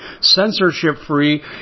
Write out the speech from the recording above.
censorship-free